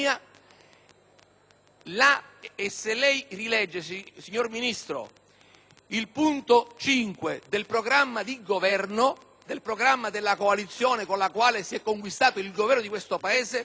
il punto 5) del programma della coalizione con il quale si è conquistato il Governo di questo Paese, nelle politiche relative allo sviluppo del Mezzogiorno